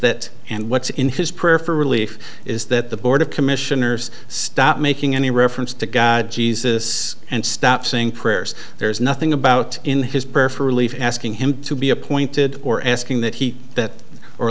that and what's in his prayer for relief is that the board of commissioners stop making any reference to god jesus and stop saying prayers there's nothing about in his prayer for relief asking him to be appointed or asking that he that or